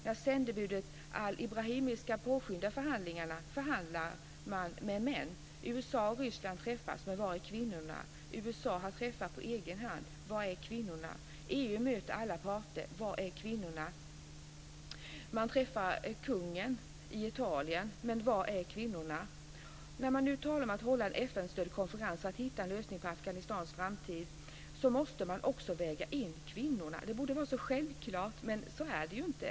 När sändebudet Brahimi ska påskynda förhandlingarna så förhandlar man med män. USA och Ryssland träffas, men var är kvinnorna? USA har man träffat på egen hand, men var är kvinnorna? EU möter alla parter, men var är kvinnorna? Man träffar kungen i Italien, men var är kvinnorna? När man nu talar om att hålla en FN-stödd konferens för att hitta en lösning på Afghanistans framtid måste man också väga in kvinnorna. Det borde vara så självklart, men så är det inte.